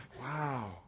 Wow